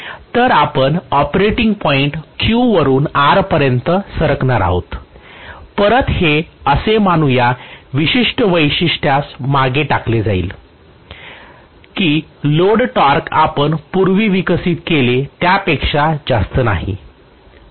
तर आपण operating point Q वरुन R पर्यंत सरकणार आहोत परत हे असे मानून या विशिष्ट वैशिष्ट्यास मागे टाकले जाईल की लोड टॉर्क आपण पूर्वी विकसित केले त्यापेक्षा जास्त नाही